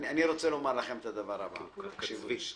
אני רוצה לומר לכם את הדבר הבא, תקשיבו לי.